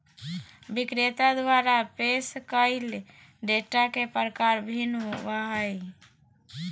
विक्रेता द्वारा पेश कइल डेटा के प्रकार भिन्न होबो हइ